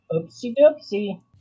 oopsie-doopsie